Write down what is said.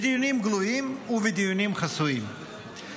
בדיונים גלויים ובדיוניים חסויים.